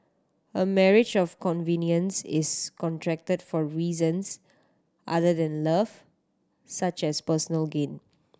a marriage of convenience is contracted for reasons other than love such as personal gain